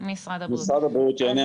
משרד הבריאות יענה.